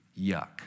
Yuck